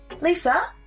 Lisa